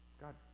God